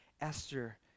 Esther